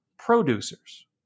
producers